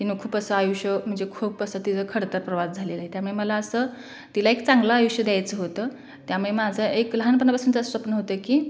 तिनं खूप असं आयुष्य म्हणजे खूप असं तिचा खडतर प्रवास झालेला आहे त्यामुळे मला असं तिला एक चांगलं आयुष्य द्यायचं होतं त्यामुळे माझं एक लहानपणापासूनचं असं स्वप्न होतं की